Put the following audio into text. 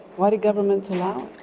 why do governments allow